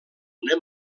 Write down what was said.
una